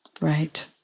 right